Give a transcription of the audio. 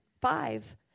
five